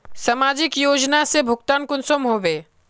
समाजिक योजना से भुगतान कुंसम होबे?